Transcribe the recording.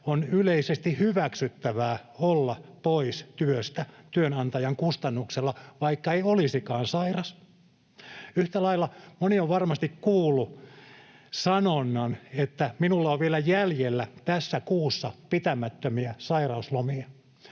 on yleisesti hyväksyttävää olla pois työstä työnantajan kustannuksella, vaikka ei olisikaan sairas. Yhtä lailla moni on varmasti kuullut sanonnan, että minulla on vielä jäljellä tässä kuussa pitämättömiä sairauslomia,